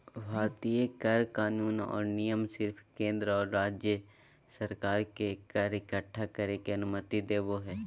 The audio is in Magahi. भारतीय कर कानून और नियम सिर्फ केंद्र और राज्य सरकार के कर इक्कठा करे के अनुमति देवो हय